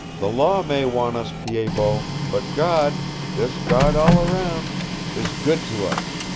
the law may want us, pied-bot, but god this god all around is good to us.